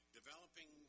developing